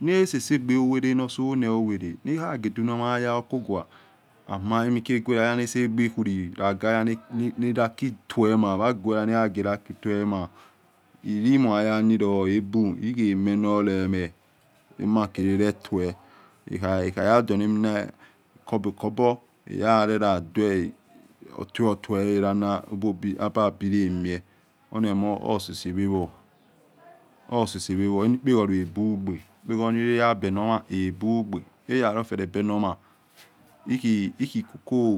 na sesegbe yuwele nosono huwele nahageduno maye okogwad ama emikieguere ayana segbekwilo laga ya naro ma ki tuel ma wa guela nahage raki tuel ma elimuhayanilor ebu lukle menolemeh ema ki raretuel hekhaya donamina kobo kobo eyarela de otuel otuel valana ababilemie onemho hosese wawo hosesewawo eni epekholo hegbugbe epekholo nileya benoma ebugbe nayarofelobenoma hikhi hikhi.